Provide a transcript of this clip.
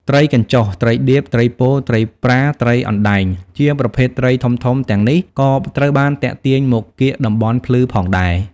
ត្រីកញ្ចុះ ត្រីដៀប ត្រីពោ ត្រីប្រា និងត្រីអណ្តែង ជាប្រភេទត្រីធំៗទាំងនេះក៏ត្រូវបានទាក់ទាញមកកៀកតំបន់ភ្លឺផងដែរ។